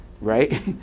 right